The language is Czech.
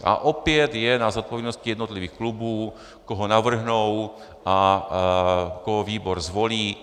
A opět je na zodpovědnosti jednotlivých klubů, koho navrhnou a koho výbor zvolí.